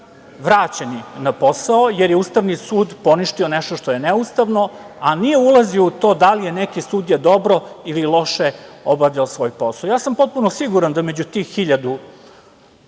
vraćeni na posao, jer je Ustavni sud poništio nešto što je neustavno, a nije ulazio u to da li je neki sudija dobro ili loše obavljao svoj posao. Potpuno sam siguran da među tih hiljadu,